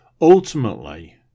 Ultimately